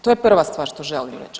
To je prva stvar što želim reći.